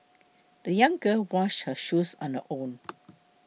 the young girl washed her shoes on her own